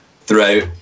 throughout